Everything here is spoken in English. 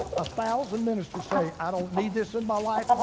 ah thousand ministers say, i don't need this in my life.